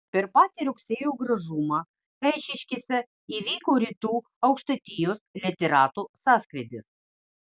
per patį rugsėjo gražumą eišiškėse įvyko rytų aukštaitijos literatų sąskrydis